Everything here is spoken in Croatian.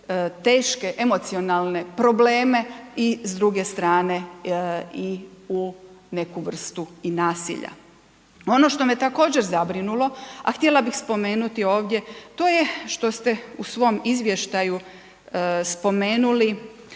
teške emocionalne probleme i s druge strane i u neku vrstu i nasilja. Ono što me također zabrinulo, a htjela bih spomenuti ovdje, to je što ste u svom izvještaju spomenuli